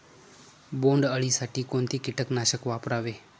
बोंडअळी साठी कोणते किटकनाशक वापरावे?